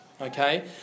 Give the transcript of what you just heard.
Okay